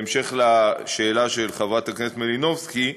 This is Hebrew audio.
בהמשך לשאלה של חברת הכנסת מלינובסקי,